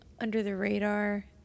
under-the-radar